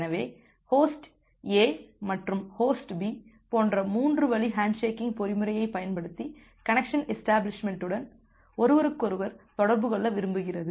எனவே host A மற்றும் host B போன்ற 3 வழி ஹேண்ட்ஷேக்கிங் பொறிமுறையைப் பயன்படுத்தி கனெக்சன் எஷ்டபிளிஷ்மெண்ட்டுடன் ஒருவருக்கொருவர் தொடர்பு கொள்ள விரும்புகிறது